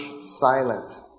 silent